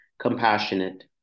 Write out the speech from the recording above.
compassionate